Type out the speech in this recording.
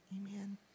amen